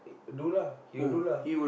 do lah he will do lah